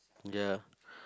ya